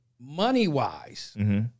money-wise